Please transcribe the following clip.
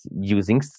using